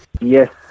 Yes